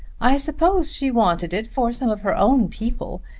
i suppose she wanted it for some of her own people.